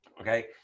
Okay